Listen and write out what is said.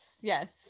yes